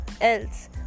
else